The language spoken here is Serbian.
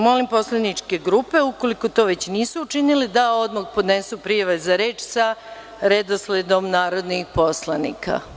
Molim poslaničke grupe, ukoliko to već nisu učinile, da odmah podnesu prijave za reč sa redosledom narodnih poslanika.